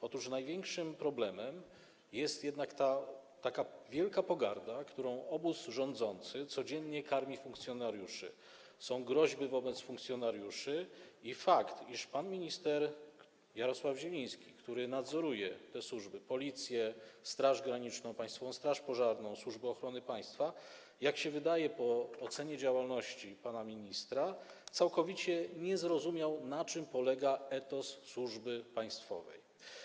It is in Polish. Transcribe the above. Otóż największym problemem jest jednak wielka pogarda, którą obóz rządzący codziennie karmi funkcjonariuszy, są groźby wobec funkcjonariuszy i fakt, iż pan minister Jarosław Zieliński, który nadzoruje te służby: Policję, Straż Graniczną, Państwową Straż Pożarną, Służbę Ochrony Państwa, jak się wydaje po ocenie działalności pana ministra całkowicie nie zrozumiał, na czym polega etos służby państwowej.